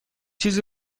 چیزی